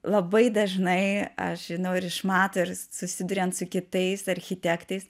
labai dažnai aš žinau ir iš mato ir susiduriant su kitais architektais